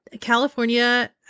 California